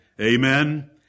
Amen